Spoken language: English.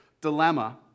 dilemma